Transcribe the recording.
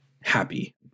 happy